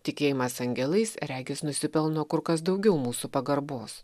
tikėjimas angelais regis nusipelno kur kas daugiau mūsų pagarbos